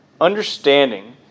understanding